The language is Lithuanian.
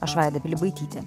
aš vaida pilibaitytė